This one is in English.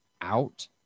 out